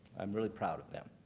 i'm really proud of them.